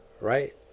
Right